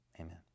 Amen